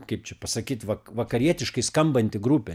kaip čia pasakyt vak vakarietiškai skambanti grupė